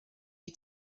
you